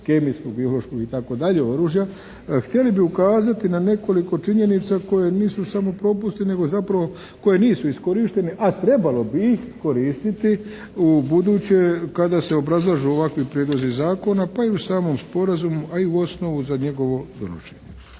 kemijskog, biološkog i tako dalje oružja. Htjeli bi ukazati na nekoliko činjenica koje nisu samo propusti nego zapravo koje nisu iskorištene a trebalo bi ih koristiti ubuduće kada se obrazlažu ovakvi prijedlozi zakona pa i u samom sporazumu a i u osnovu za njegovo donošenje.